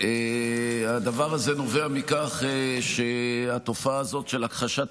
הדבר הזה נובע מכך שהתופעה הזאת של הכחשת